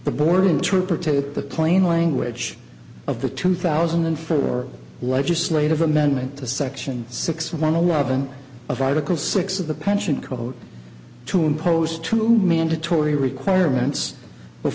the board interpreted the plain language of the two thousand and four legislative amendment to section six one eleven of article six of the pension code to impose two mandatory requirements